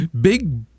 big